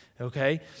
okay